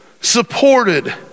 supported